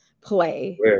play